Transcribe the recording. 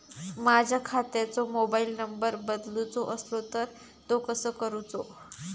माझ्या खात्याचो mobile number बदलुचो असलो तर तो कसो करूचो?